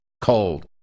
cold